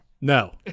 No